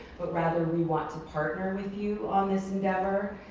but rather we want to partner with you on this endeavor.